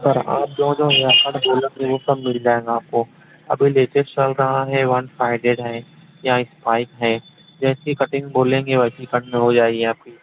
سر آپ جو جو ہیئر کٹ بولیں گے وہ سب مل جائے گا آپ کو ابھی لیٹیسٹ چل رہا ہے ون سائیڈیڈ ہے یا اسپائیک ہے جیسی کٹنگ بولیں گے ویسی کٹن ہو جائے گی آپ کی